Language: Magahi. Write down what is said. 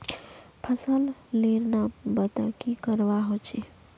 फसल लेर नाम बता की करवा होचे?